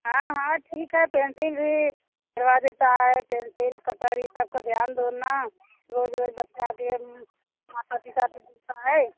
हाँ हाँ ठीक है पेंसिल भी छुड़वा देता है पेंसिल कटर यह सब का ध्यान दो ना रोज़ रोज़ बच्चे के माता पिता भी ग़ुस्सा है